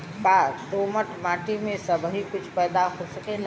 का दोमट माटी में सबही कुछ पैदा हो सकेला?